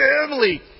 family